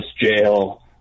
jail